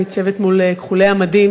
ניצבת מול כחולי המדים,